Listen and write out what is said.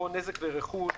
או נזק לרכוש,